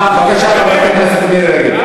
בבקשה, חברת הכנסת מירי רגב.